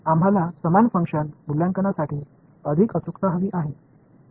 आम्हाला समान फंक्शन मूल्यांकनांसाठी अधिक अचूकता हवी आहे